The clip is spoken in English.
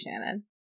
Shannon